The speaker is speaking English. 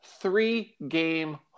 three-game